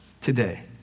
today